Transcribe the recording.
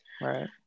Right